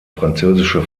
französische